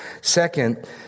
Second